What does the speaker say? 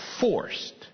forced